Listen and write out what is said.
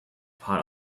part